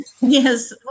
Yes